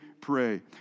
pray